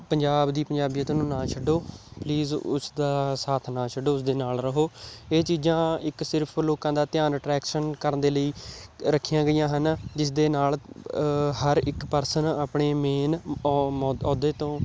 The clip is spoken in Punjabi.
ਪੰਜਾਬ ਦੀ ਪੰਜਾਬੀਅਤ ਨੂੰ ਨਾ ਛੱਡੋ ਪਲੀਜ਼ ਉਸ ਦਾ ਸਾਥ ਨਾ ਛੱਡੋ ਉਸਦੇ ਨਾਲ ਰਹੋ ਇਹ ਚੀਜ਼ਾਂ ਇੱਕ ਸਿਰਫ ਲੋਕਾਂ ਦਾ ਧਿਆਨ ਅਟ੍ਰੈਕਸ਼ਨ ਕਰਨ ਦੇ ਲਈ ਰੱਖੀਆਂ ਗਈਆਂ ਹਨ ਜਿਸਦੇ ਨਾਲ ਹਰ ਇੱਕ ਪਰਸਨ ਆਪਣੇ ਮੇਨ ਅਹੁਦੇ ਤੋਂ